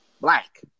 black